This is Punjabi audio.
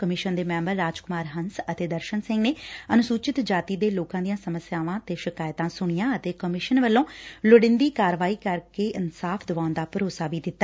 ਕਮਿਸ਼ਨ ਨੇ ਮੈਂਬਰ ਰਾਜ ਕੁਮਾਰ ਹੰਸ ਅਤੇ ਦਰਸ਼ਨ ਸਿੰਘ ਨੇ ਅਨੁਸੂਚਿਤ ਜਾਤੀ ਦੇ ਲੋਕਾਂ ਦੀਆਂ ਸਮੱਸਿਆਵਾਂ ਤੇ ਸ਼ਿਕਾਇਤਾਂ ਸੁਣੀਆਂ ਅਤੇ ਕਮਿਸ਼ਨ ਵੱਲੋ ਲੋੜੀਦੀ ਕਾਰਵਾਈ ਕਰਕੇ ਇਨਸਾਫ਼ ਦਵਾਉਣ ਦਾ ਭਰੋਸਾ ਦਿੱਤਾ